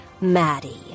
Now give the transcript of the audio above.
Maddie